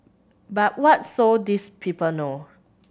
but what so these people know